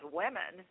women